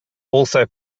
also